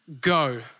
go